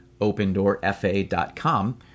opendoorfa.com